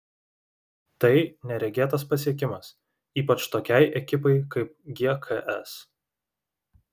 tai neregėtas pasiekimas ypač tokiai ekipai kaip gks